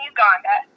Uganda